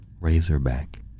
Razorback